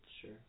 Sure